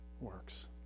works